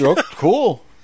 cool